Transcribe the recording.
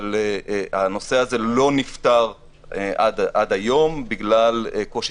אבל הנושא הזה לא נפתר עד היום בגלל קושי